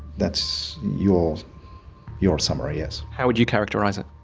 that's your your summary, yes. how would you characterise it?